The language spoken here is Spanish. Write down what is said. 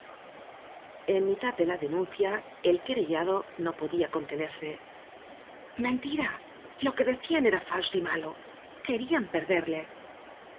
en mitad de la denuncia el querellado no podía contenerse mentira lo que decían era falso y malo querían perderle